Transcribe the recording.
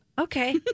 Okay